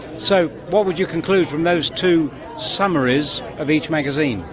so what would you conclude from those two summaries of each magazine?